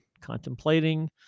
contemplating